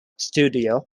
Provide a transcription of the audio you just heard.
studio